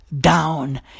Down